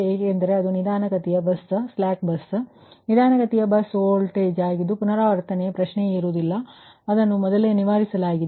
ಏಕೆಂದರೆ ಅದು ನಿಧಾನಗತಿಯ ಬಸ್ ಮತ್ತು ನಿಧಾನಗತಿಯ ಬಸ್ ವೋಲ್ಟೇಜ್ ಆಗಿದ್ದು ಪುನರಾವರ್ತನೆಯ ಪ್ರಶ್ನೆಯೇ ಇರುವುದಿಲ್ಲ ಏಕೆಂದರೆ ಅದನ್ನು ಮೊದಲೇ ನಿವಾರಿಸಲಾಗಿದೆ